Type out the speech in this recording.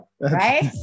right